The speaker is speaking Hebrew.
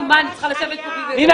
מה אני צריכה לשבת פה כדי --- פנינה,